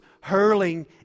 hurling